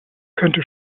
könnte